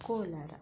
Kolar